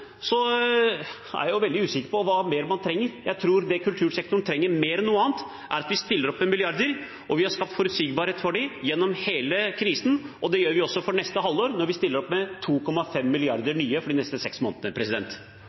er jeg jo veldig usikker på hva mer man trenger. Jeg tror det kultursektoren trenger mer enn noe annet, er at vi stiller opp med milliarder. Vi har skapt forutsigbarhet for dem gjennom hele krisen, og det gjør vi også for neste halvår, når vi stiller opp med nye 2,5 mrd. kr for de neste seks månedene.